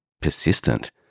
persistent